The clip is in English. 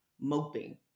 moping